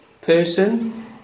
person